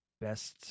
best